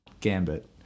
Gambit